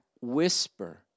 whisper